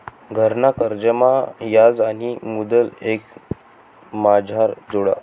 घरना कर्जमा याज आणि मुदल एकमाझार जोडा